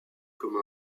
comme